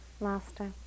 master